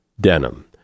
denim